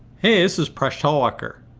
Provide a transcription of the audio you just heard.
hey, this is presh talwalkar.